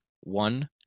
one